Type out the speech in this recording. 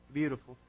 beautiful